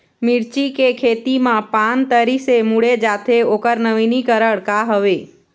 मिर्ची के खेती मा पान तरी से मुड़े जाथे ओकर नवीनीकरण का हवे?